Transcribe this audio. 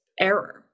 error